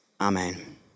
Amen